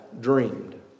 dreamed